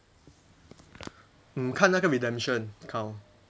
mm 看那个 redemption count